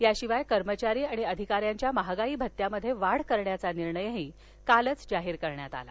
याशिवाय कर्मचारी आणि अधिकाऱ्यांच्या महागाई भत्यात वाढ करण्याचा निर्णयही काल जाहीर करण्यात आला